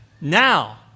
now